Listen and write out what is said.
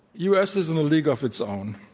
u. s. is in a league of its own.